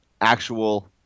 actual